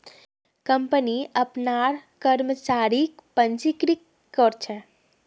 company अपनार कर्मचारीक पंजीकृत कर छे